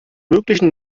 möglichen